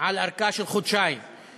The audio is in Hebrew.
על ארכה של חודשיים,